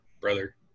brother